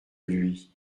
lui